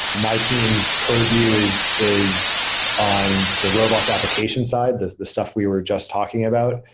my team's purview is is on the roblox application side, the the stuff we were just talking about.